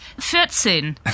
14